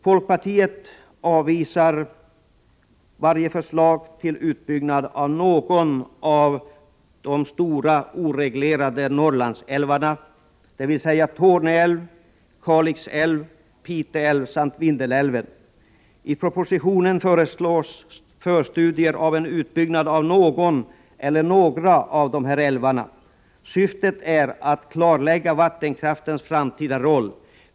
Folkpartiet avvisar varje förslag till utbyggnad av någon av de stora oreglerade Norrlandsälvarna, dvs. Torne älv, Kalix älv, Pite älv samt Vindelälven. I propositionen föreslås förstudier av en utbyggnad av någon eller några av dessa älvar. Syftet är att klarlägga vattenkraftens framtida roll.